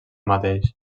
mateix